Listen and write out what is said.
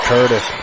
Curtis